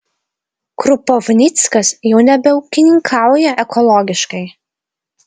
krupovnickas jau nebeūkininkauja ekologiškai